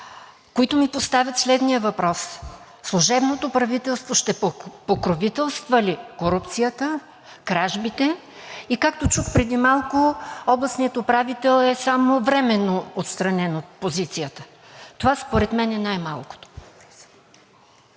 които ни поставят следния въпрос: служебното правителство ще покровителства ли корупцията, кражбите? Както чух преди малко, областният управител е само временно отстранен от позицията, а това според мен е най-малкото.